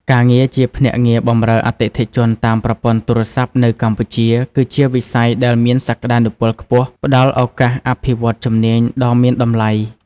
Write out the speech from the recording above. ការងារជាភ្នាក់ងារបម្រើអតិថិជនតាមប្រព័ន្ធទូរស័ព្ទនៅកម្ពុជា គឺជាវិស័យដែលមានសក្ដានុពលខ្ពស់ ផ្ដល់ឱកាសអភិវឌ្ឍន៍ជំនាញដ៏មានតម្លៃ។